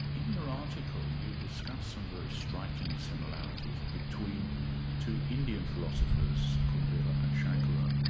your article you discuss some very striking similarities between two indian philosophers, kumarila and sankara,